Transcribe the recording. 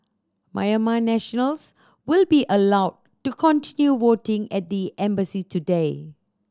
Myanmar nationals will be allowed to continue voting at the embassy today